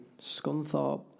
Scunthorpe